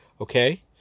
Okay